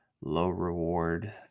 low-reward